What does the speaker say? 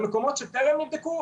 במקומות שטרם נבדקו,